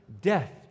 death